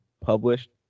published